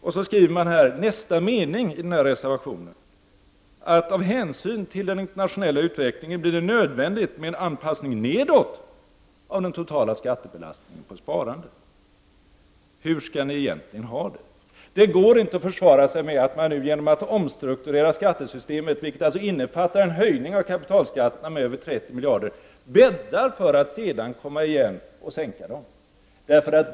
I reservationen i det betänkande vi behandlar i dag skriver man att det kommer ”av hänsyn till den internationella utvecklingen att bli nödvändigt med en anpassning nedåt av den totala skattebelastningen på sparande”. Hur skall ni egentligen ha det? Det går inte att försvara sig med att man nu genom att omstrukturera skattesystemet, vilket alltså innefattar en höjning av kapitalskatterna med över 30 miljarder, bäddar för att sedan komma igen och sänka dem.